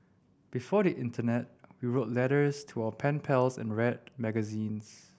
before the internet we wrote letters to our pen pals and read magazines